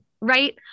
right